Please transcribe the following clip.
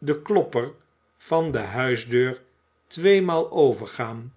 den klopper van de huisdeur tweemaal overgaan